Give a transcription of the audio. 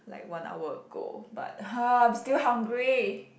like one hour ago but !huh! I'm still hungry